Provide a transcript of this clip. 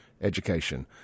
education